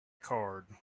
card